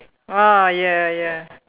ah ya ya